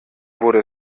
wurde